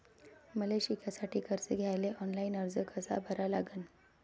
मले शिकासाठी कर्ज घ्याले ऑनलाईन अर्ज कसा भरा लागन?